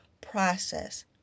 process